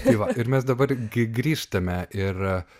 tai va ir mes dabar gi grįžtame ir